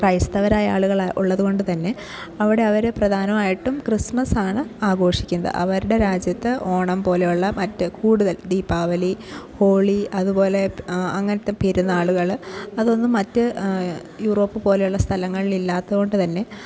ക്രൈസ്തവരായ ആളുകൾ ഉള്ളതുകൊണ്ട് തന്നെ അവിടെ അവർ പ്രധാനവായിട്ടും ക്രിസ്മസ് ആണ് ആഘോഷിക്കുന്നത് അവരുടെ രാജ്യത്ത് ഓണം പോലെയുള്ള മറ്റ് കൂടുതൽ ദീപാവലി ഹോളി അതുപോലെ അങ്ങനത്തെ പെരുന്നാളുകൾ അതൊന്നും മറ്റ് യൂറോപ്പ് പോലെയുള്ള സ്ഥലങ്ങളിലില്ലാത്തത് കൊണ്ട് തന്നെ